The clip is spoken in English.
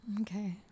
Okay